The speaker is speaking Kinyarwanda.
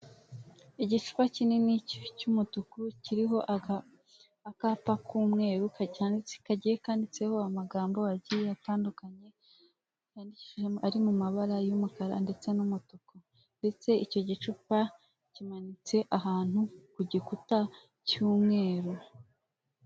Igicupa kinini cy'umutuki kiriho akapa k'umweru kagiye kanditseho amagambo agiye atandukanye yandikishishe ari mumabara y'umukara ndetse n'umutuku, ndetse icyo gicupa kimanitse ahantu ku igikuta cy'umweru.